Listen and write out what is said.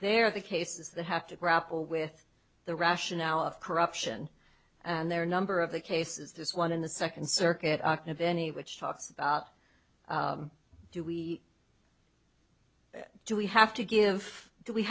are the cases that have to grapple with the rationale of corruption and their number of the cases this one in the second circuit and any which talks about do we do we have to give do we